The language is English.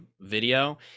video